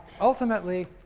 ultimately